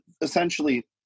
essentially